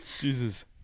jesus